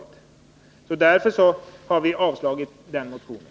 Det är anledningen till att vi har avstyrkt motionerna i den delen.